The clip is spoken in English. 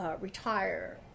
Retire